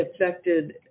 affected